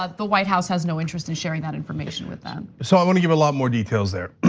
ah the white house has no interest in sharing that information with them. so, i wanna give a lot more details there.